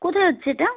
কোথায় হচ্ছে এটা